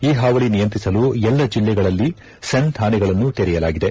ಈ ಹಾವಳಿ ನಿಯಂತ್ರಿಸಲು ಎಲ್ಲ ಜಿಲ್ಲೆಗಳಲ್ಲಿ ಸೆನ್ ಠಾಣೆಗಳನ್ನು ತೆರೆಯಲಾಗಿದೆ